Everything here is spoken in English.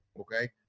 okay